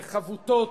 וחבוטות.